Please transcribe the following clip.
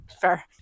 Fair